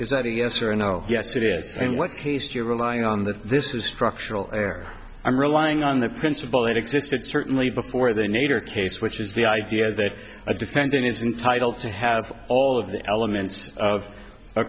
is that a yes or no yes it is what case you're relying on that this is structural air i'm relying on the principle that existed certainly before they made her case which is the idea that a defendant is entitled to have all of the elements of a